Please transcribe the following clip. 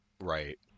Right